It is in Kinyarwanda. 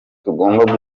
tugomba